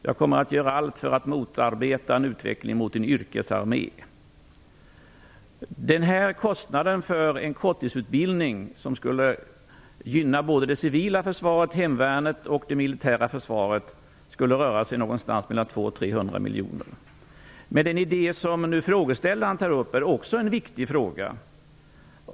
Jag kommer att göra allt för att motarbeta en utveckling mot en yrkesarmé. Kostnaden för en korttidsutbildning som skulle gynna både det civila försvaret, hemvärnet och det militära försvaret skulle röra sig någonstans mellan 200 och 300 miljoner kronor. Den idé som frågeställaren nu tar upp är också viktig.